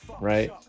Right